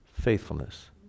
Faithfulness